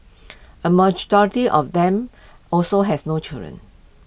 A majority of them also had no children